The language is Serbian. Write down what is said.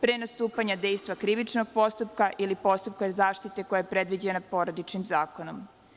Pre nastupanja dejstva krivičnog postupka ili postupka zaštite koja je predviđena Porodičnim zakonom.